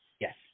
Yes